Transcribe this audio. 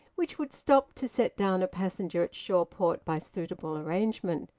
which would stop to set down a passenger at shawport by suitable arrangement.